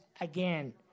again